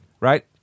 right